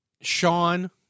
Sean